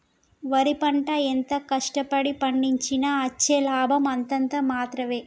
వరి పంట ఎంత కష్ట పడి పండించినా అచ్చే లాభం అంతంత మాత్రవే